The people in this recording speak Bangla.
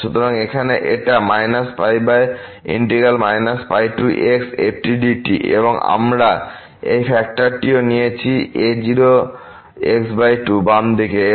সুতরাং এখানে এটা এবং আমরা এই ফ্যাক্টরটিও নিয়েছি বাম দিকে